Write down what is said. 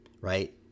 right